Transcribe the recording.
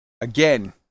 Again